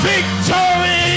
Victory